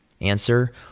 Answer